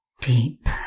deep